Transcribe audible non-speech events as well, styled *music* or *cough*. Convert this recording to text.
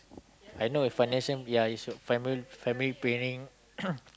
I know if financing ya you should family planning *coughs*